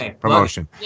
promotion